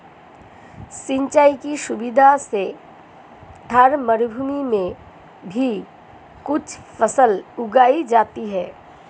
सिंचाई की सुविधा से थार मरूभूमि में भी कुछ फसल उगाई जाती हैं